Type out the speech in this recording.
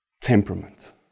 temperament